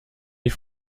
die